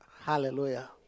Hallelujah